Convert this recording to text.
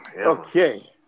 Okay